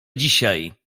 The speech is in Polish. dzisiaj